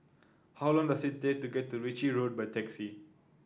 how long does it take to get to Ritchie Road by taxi